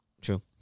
True